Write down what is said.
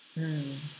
mm